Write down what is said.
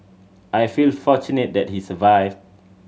I feel fortunate that he survived